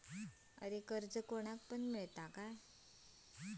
कर्ज कोणाक पण मेलता काय?